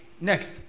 Next